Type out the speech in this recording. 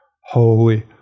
holy